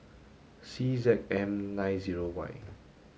C Z M nine zero Y